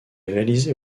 réalisé